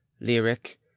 lyric